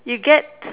you get